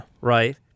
right